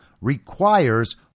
requires